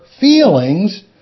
feelings